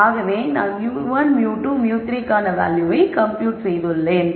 ஆகவே நான் μ1 μ2 μ3 க்கான வேல்யூவை ஏற்கனவே கம்ப்யூட் செய்துள்ளேன்